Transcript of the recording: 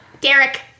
Derek